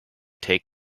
take